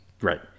Right